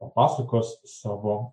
papasakos savo